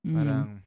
Parang